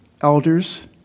elders